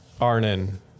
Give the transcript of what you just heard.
Arnon